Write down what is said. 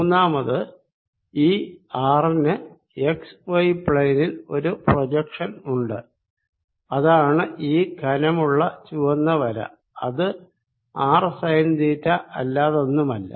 മൂന്നാമത് ഈ ആർ ന് എക്സ് വൈ പ്ളേനിൽ ഒരു പ്രൊജക്ഷൻ ഉണ്ട് അതാണ് ഈ കനമുള്ള ചുവന്ന വര അത് ആർ സൈൻ തീറ്റ അല്ലാതൊന്നുമല്ല